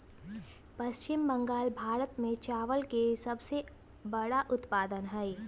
पश्चिम बंगाल भारत में चावल के सबसे बड़ा उत्पादक हई